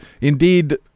indeed